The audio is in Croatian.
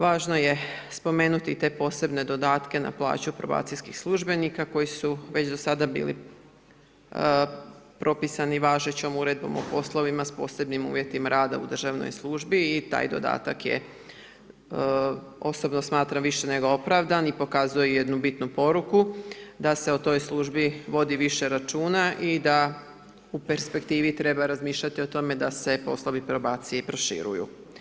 Važno je spomenuti te posebne dodatke na plaću probacijskih službenika koji su već do sada bili propisani važećom Uredbom o poslovima s posebnim uvjetima rada u državnoj službi i taj dodatak je osobno smatra i više nego opravdan i pokazuje jednu bitnu poruku, da se o toj službi vodi više računa i da u perspektivi treba razmišljati o tome da se poslovi probacije proširuju.